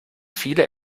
viele